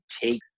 take